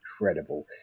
incredible